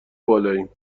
بالاییم